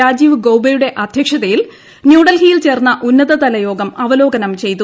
രാജീവ് ഗൌബയുടെ അധ്യക്ഷതയിൽ ന്യൂഡൽഹിൽ ചേർന്ന ഉന്നതതലയോഗം അവലോകനം ചെയ്തു